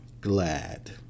glad